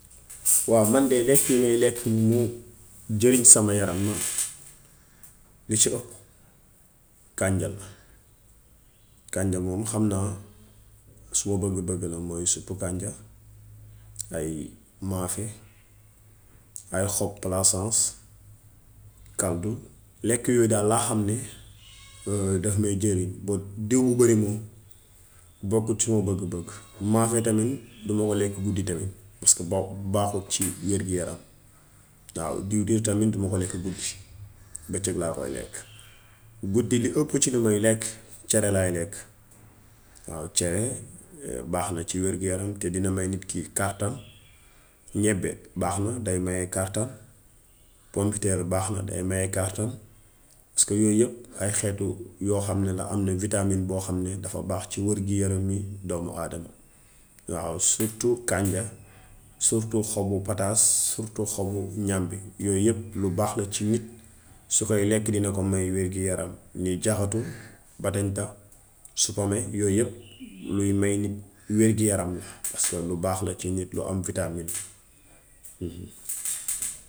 Waaw man de lekk yi may lekk mu jëriñ sama yaram man yu si ëpp kànja la. Kànja moom xam naa suma bëgg-bëgg la mooy supp kànja, ay maafe, ay xob calasence, kaldu. Lekk yooyu daal laa xam ni daf may jëriñ bu diw bu bëri moom bokkut ci suma bëgg-bëgg. Maafe tamit duma ko lekk guddi tamit paska boob baaxul ci wér-gi-yaram. Waaw diwtiir tamit duma ko lekk guddi bëccëg laa koy lekk. Guddi li ëpp ci li may lekk cere laay lekk. Waaw cere baax na ci wér-gi-yaram te dina may nit ko kartan, ñebbe baax na day maye kartan, pombiteer baax na day maye kartan paska yooyu yépp ay xeetu yoo xam ni la am na vitamine boo xam ne dafa baax ci wér-gu-yarami doom-aadama. Waaw surtout kànja surtout xobu pataas, surtout xobu ñàmbi. Yooyu yépp lu baax la ci nit. Su koy lekk dina ko may wér-gi-yaram; muy jaxatu, batañta, suppame. Loolu yépp luy may wér-gu-yaram la paska lu baax la ci nit, lu am vitamine.